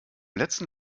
letzten